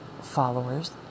followers